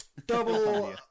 Double